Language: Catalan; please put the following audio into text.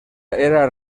era